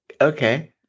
Okay